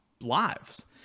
lives